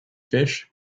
fish